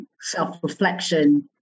self-reflection